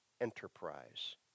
enterprise